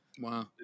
wow